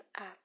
app